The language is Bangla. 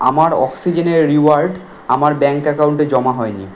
আমার অক্সিজেনের রিওয়ার্ড আমার ব্যাঙ্ক অ্যাকাউন্টে জমা হয়নি